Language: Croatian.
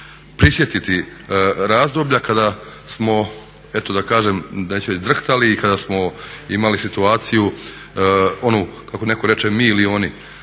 prisjetiti razdoblja kada smo eto da kažem, znači i drhtali i kada smo imali situaciju onu kako netko reče mi ili oni